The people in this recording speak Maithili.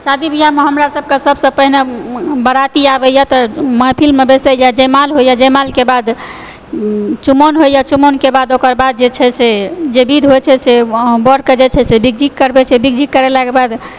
शादी बिआहमे हमरा सभके सबसँ पहिने बाराती आबैया तऽ महफ़िलमे बैसैया जयमाल होइया जयमालके बाद चुमाओन होइया चुमाओनके बाद ओकर बाद जे छै से जे विध होइ छै से वरके जे छै से करेलाके बाद